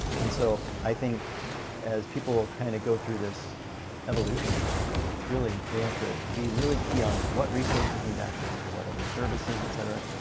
and so i think as people kind of go through this evolution it's really they have to be really key on what resources resources need access to what other services et cetera.